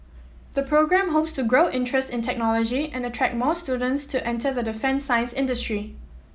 the programme hopes to grow interest in technology and attract more students to enter the defence science industry